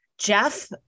Jeff